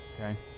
Okay